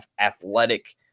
athletic